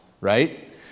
right